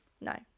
No